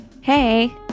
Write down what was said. Hey